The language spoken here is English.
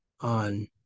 on